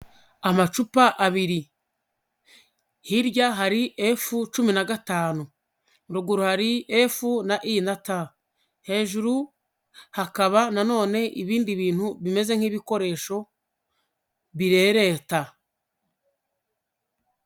Amacupa abiri. Hirya hari efu cumi na gatanu, ruguru hari efu na i na ta. Hejuru hakaba na none ibindi bintu bimeze nk'ibikoresho birereta.